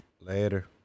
Later